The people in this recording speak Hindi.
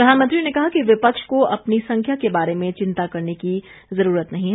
प्रधानमंत्री ने कहा कि विपक्ष को अपनी संख्या के बारे में चिंता करने की जरूरत नहीं है